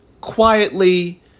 quietly